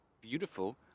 beautiful